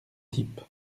type